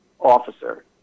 officer